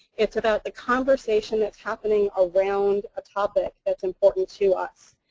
it's about the conversation that's happening around a topic that's important to us.